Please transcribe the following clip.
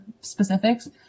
specifics